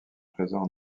présents